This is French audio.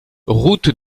route